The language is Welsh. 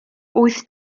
wyth